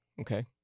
Okay